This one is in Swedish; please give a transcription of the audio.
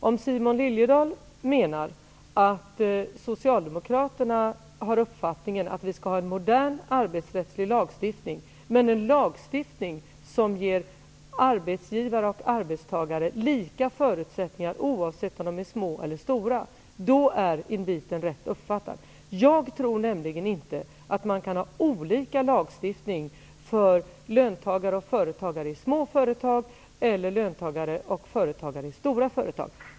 Om Simon Liliedahl menar att socialdemokraterna har uppfattningen att vi skall ha en modern arbetsrättslig lagstiftning, som ger arbetsgivare och arbetstagare lika förutsättningar oavsett om de finns i små eller stora företag, är inviten rätt uppfattad. Jag tror nämligen inte att man kan ha olika lagstiftning för löntagare och företagare i små och stora företag.